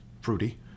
fruity